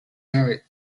merit